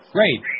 Great